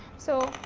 so,